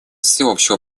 всеобщего